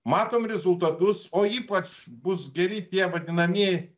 matom rezultatus o ypač bus geri tie vadinamieji